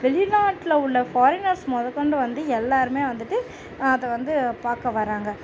வெளிநாட்டில் உள்ள ஃபாரினர்ஸ் மொதல் கொண்டு வந்து எல்லாேருமே வந்துட்டு அதை வந்து பார்க்க வராங்க